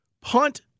Punt